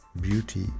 Beauty